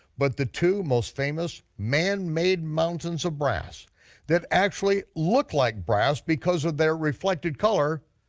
but the two most famous manmade mountains of brass that actually look like brass because of their reflected color,